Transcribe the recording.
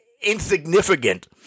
insignificant